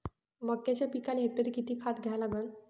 मक्याच्या पिकाले हेक्टरी किती खात द्या लागन?